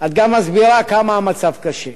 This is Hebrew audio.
את גם מסבירה כמה המצב קשה.